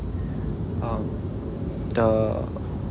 um the